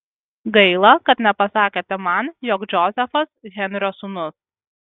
gaila kad nepasakėte man jog džozefas henrio sūnus